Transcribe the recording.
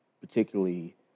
particularly